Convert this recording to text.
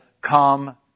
come